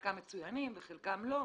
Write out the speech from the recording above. חלקם מצוינים וחלקם לא,